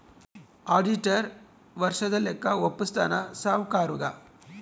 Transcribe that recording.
auditor ವರ್ಷದ ಲೆಕ್ಕ ವಪ್ಪುಸ್ತಾನ ಸಾವ್ಕರುಗಾ